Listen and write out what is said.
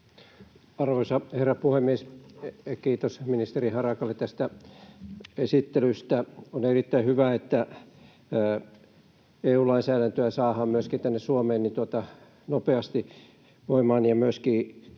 Arvoisa herra puhemies! Kiitos ministeri Harakalle esittelystä. — On erittäin hyvä, että EU-lainsäädäntöä saadaan myöskin tänne Suomeen nopeasti voimaan ja myöskin käytäntöön.